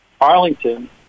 Arlington